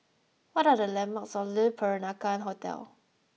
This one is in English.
what are the landmarks near Le Peranakan Hotel